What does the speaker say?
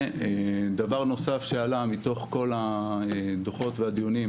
ודבר נוסף שעלה מתוך כל הדוחות והדיונים